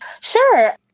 Sure